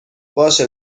باشه